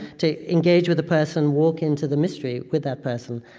to engage with a person, walk into the mystery with that person.